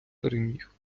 переміг